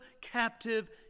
captive